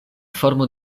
formo